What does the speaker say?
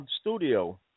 studio